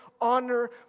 honor